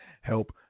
help